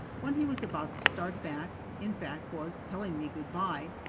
when he was about to start back, in fact, was telling me good-by,